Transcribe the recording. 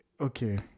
Okay